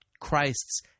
Christ's